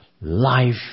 life